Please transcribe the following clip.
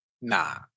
Nah